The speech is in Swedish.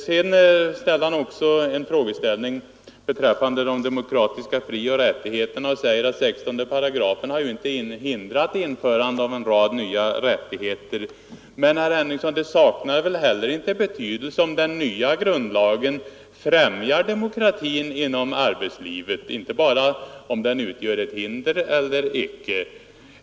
Sedan berörde han också de demokratiska frioch rättigheterna. Han sade att 16 § inte har hindrat införandet av en rad nya rättigheter. Men, herr Henningsson, det saknar väl inte heller betydelse om den nya grundlagen främjar demokratin inom arbetslivet. Frågan skall inte bara gälla om grundlagen utgör ett hinder eller inte.